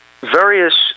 various